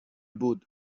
بود